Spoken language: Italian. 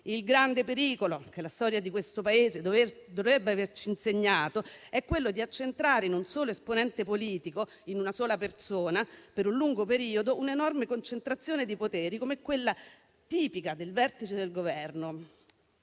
il grande pericolo che la storia di questo Paese dovrebbe averci insegnato è quello di accentrare in un solo esponente politico, in una sola persona, per un lungo periodo, un'enorme concentrazione di poteri come quella tipica del vertice del Governo